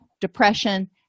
depression